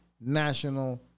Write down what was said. National